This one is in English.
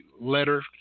letter